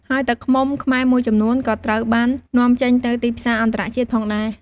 ហើយទឹកឃ្មុំខ្មែរមួយចំនួនក៏ត្រូវបាននាំចេញទៅទីផ្សារអន្តរជាតិផងដែរ។